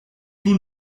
tout